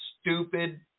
stupid